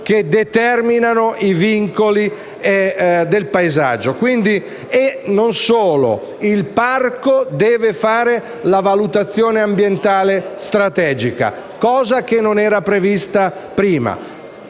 che determinano i vincoli del paesaggio. Non solo: il parco deve fare la valutazione ambientale strategica, cosa che non era prevista prima.